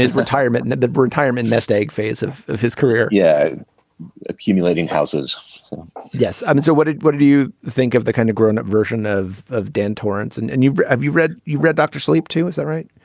retirement and that retirement nest egg phase of of his career yet accumulating houses yes i mean so what did what do do you think of the kind of grown up version of of dan torrance and and you. have you read. you read doctor sleep too is that right.